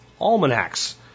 almanacs